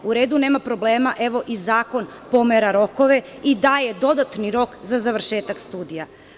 U redu, nema problema, evo i zakon pomera rokove i daje dodatni rok za završetak studija.